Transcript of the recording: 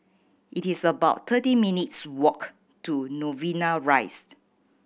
it is about thirty minutes' walk to Novena Rise